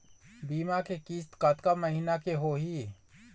बीमा के किस्त कतका महीना के होही?